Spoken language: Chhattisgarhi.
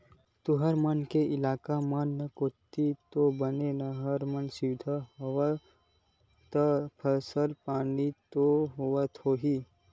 तुंहर मन के इलाका मन कोती तो बने नहर के सुबिधा हवय ता फसल पानी तो बने होवत होही?